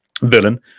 villain